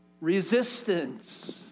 Resistance